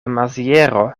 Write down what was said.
maziero